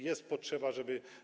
Jest potrzeba, żeby.